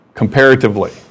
Comparatively